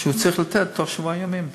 שהוא צריך לתת החלטה בתוך שבוע ימים.